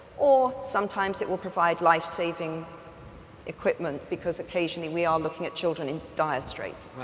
or sometimes it will provide life-saving equipment, because occasionally we are looking at children in dire straits.